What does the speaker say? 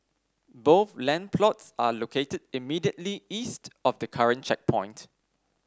both land plots are located immediately east of the current checkpoint